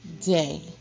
Day